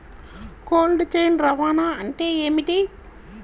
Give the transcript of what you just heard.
Cold chain రవాణా అంటే ఏమిటీ?